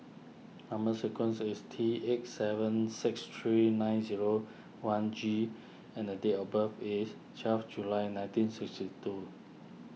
Number Sequence is T eight seven six three nine zero one G and date of birth is twelve July nineteen sixty two